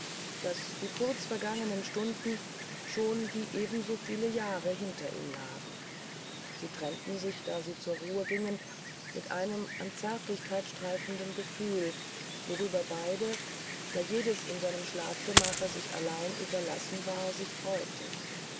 daß die kurzvergangenen stunden schon wie eben so viele jahre hinter ihm lagen sie trennten sich da sie zur ruhe gingen mit einem an zärtlichkeit streifenden gefühle worüber beide da jedes in seinem schlafgemache sich allein überlassen war sich freuten